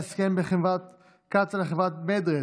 ההסכם בין חברת קצא"א לחברת Med-Red